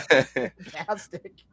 Fantastic